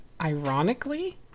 Ironically